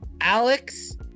Alex